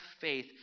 faith